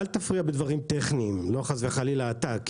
"אל תפריע בדברים טכניים" לא חס וחלילה אתה,